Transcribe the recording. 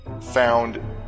found